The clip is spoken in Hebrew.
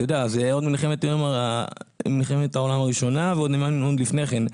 זה עוד ממלחמת העולם הראשונה ועוד לפני כן.